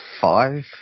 Five